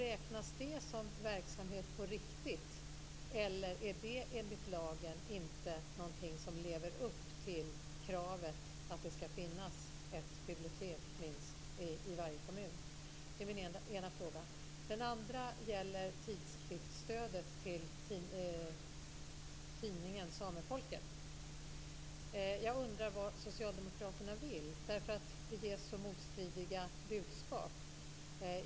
Räknas det som riktig verksamhet, eller lever man då enligt lagen inte upp till kravet att det ska finnas minst ett bibliotek i varje kommun? Det är min ena fråga. Den andra gäller tidskriftsstödet till tidningen Det ges så motstridiga budskap.